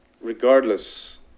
regardless